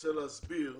רוצה להסביר,